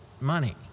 money